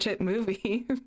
movie